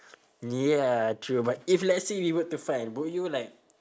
ya true but if let's say we were to find would you like